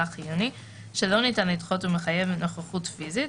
חיוני שלא ניתן לדחות ומחייב נוכחות פיזית,